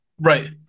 Right